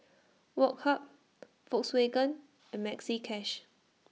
Woh Hup Volkswagen and Maxi Cash